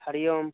हरिः ओम्